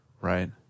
Right